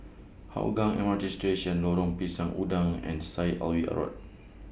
Hougang M R T Station Lorong Pisang Udang and Syed Alwi Road